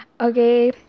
Okay